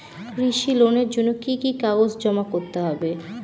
কৃষি লোনের জন্য কি কি কাগজ জমা করতে হবে?